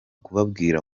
kubabwira